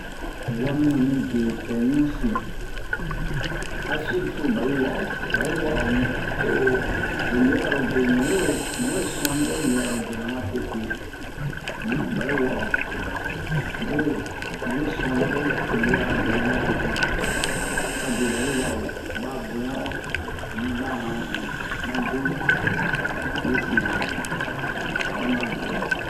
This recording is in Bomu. waminu mi bepɛ ɲusin a surtout ba'i wa'o ba'i wa'o mu to learobe muwe suani o learobena ma tete um ba'i wa'o muwe suani'o learobena ma tete abe ba'i wa'o ba boɲa'o um ba yan'o mabe besin''a mu obɛ mamube yɛre